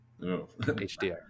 hdr